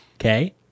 okay